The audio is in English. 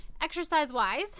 exercise-wise